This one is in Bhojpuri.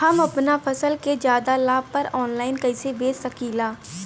हम अपना फसल के ज्यादा लाभ पर ऑनलाइन कइसे बेच सकीला?